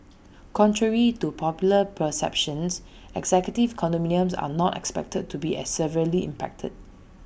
contrary to popular perceptions executive condominiums are not expected to be as severely impacted